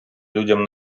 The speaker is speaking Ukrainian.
людям